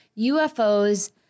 UFOs